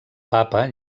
papa